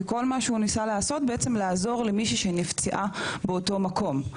וכל מה שהוא ניסה לעשות זה בעצם לעזור למישהי שנפצעה באותו מקום.